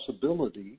possibility